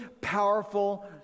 powerful